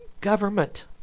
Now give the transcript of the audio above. government